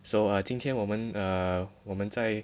so I 今天我们 err 我们在